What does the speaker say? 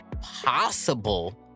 possible